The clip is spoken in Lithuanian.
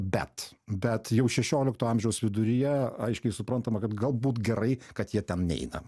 bet bet jau šešiolikto amžiaus viduryje aiškiai suprantama kad galbūt gerai kad jie ten neina